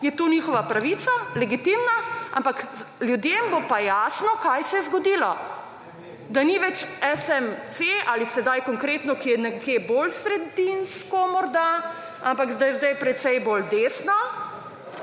je to njihova pravica, legitimna, ampak, ljudem bo pa jasno, kaj se je zgodilo, da ni več SMC ali sedaj konkretno kaj bolj sredinsko morda, ampak zdaj, zdaj je precej bolj desno